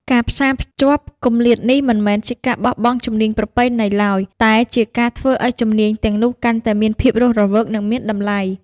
ការផ្សារភ្ជាប់គម្លាតនេះមិនមែនជាការបោះបង់ជំនាញប្រពៃណីឡើយ តែជាការធ្វើឱ្យជំនាញទាំងនោះកាន់តែមានភាពរស់រវើកនិងមានតម្លៃ។